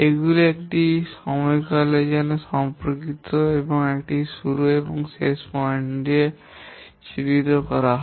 এগুলি একটি সময়কালের সাথে সম্পর্কিত এবং একটি শুরু এবং শেষ পয়েন্ট দিয়ে চিহ্নিত করা হয়